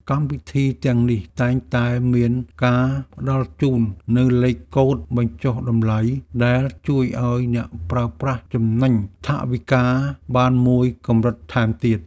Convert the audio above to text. កម្មវិធីទាំងនេះតែងតែមានការផ្ដល់ជូននូវលេខកូដបញ្ចុះតម្លៃដែលជួយឱ្យអ្នកប្រើប្រាស់ចំណេញថវិកាបានមួយកម្រិតថែមទៀត។